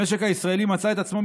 המשק הישראלי מצא את עצמו,